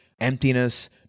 emptiness